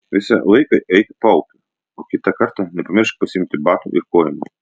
visą laiką eik paupiu o kitą kartą nepamiršk pasiimti batų ir kojinių